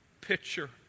picture